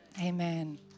Amen